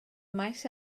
maes